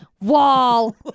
wall